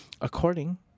according